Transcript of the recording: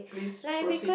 please proceed